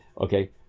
okay